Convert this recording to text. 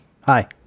Hi